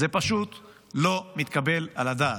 זה פשוט לא מתקבל על הדעת.